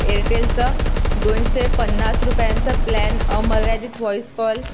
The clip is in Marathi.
एअरटेलचं दोनशे पन्नास रुपयांचं प्लॅन अमर्यादित व्हॉईस कॉल